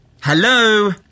Hello